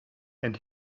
and